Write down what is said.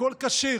הכול כשיר,